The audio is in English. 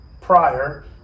prior